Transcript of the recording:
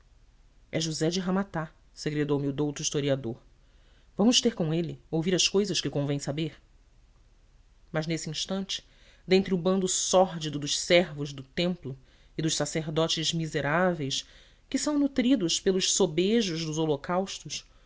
é josé de ramata segredou me o douto historiador vamos ter com ele ouvir as cousas que convém saber mas nesse instante dentre o bando sórdido dos servos do templo e dos sacerdotes miseráveis que são nutridos pelos sobejos dos holocaustos